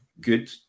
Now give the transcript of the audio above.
good